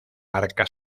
barca